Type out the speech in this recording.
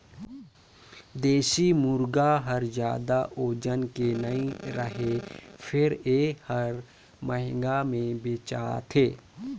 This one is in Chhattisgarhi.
देसी मुरगा हर जादा ओजन के नइ रहें फेर ए हर महंगा में बेचाथे